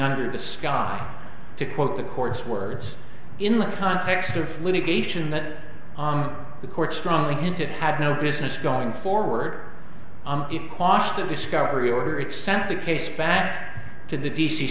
under the sky to quote the court's words in the context of litigation that the court strongly hinted had no business going forward on it cost the discovery order it sent the case back to the d